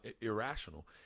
irrational